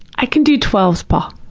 i can do twelve, paul.